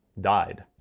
died